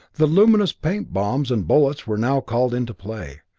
the luminous paint bombs and bullets were now called into play.